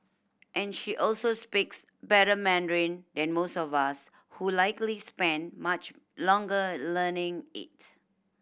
and she also speaks better Mandarin than most of us who likely spent much longer learning it